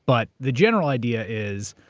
but the general idea is,